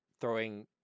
throwing